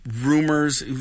rumors